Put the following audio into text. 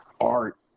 art